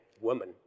woman